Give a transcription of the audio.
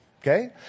Okay